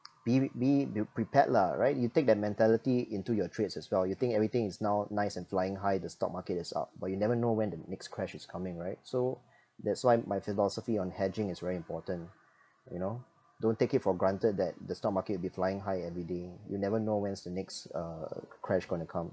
be be be prepared lah right you take the mentality into your trades as well you think everything is now nice and flying high the stock market is up but you never know when the next crash is coming right so that's why my philosophy on hedging is very important you know don't take it for granted that the stock market will be flying high every day you never know when is the next uh crash gonna come